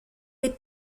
les